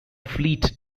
fleet